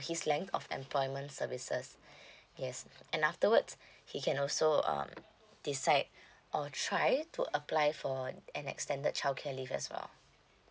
his length of employment services yes and afterwards he can also um decide or try to apply for an extended childcare leave as well